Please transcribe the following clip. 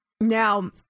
Now